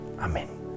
Amen